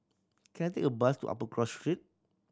can I take a bus to Upper Cross Street